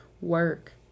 work